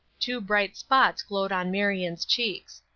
two bright spots glowed on marion's cheeks.